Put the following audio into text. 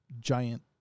giant